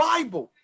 Bible